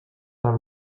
del